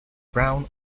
brown